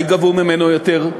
אולי גבו ממנו יותר?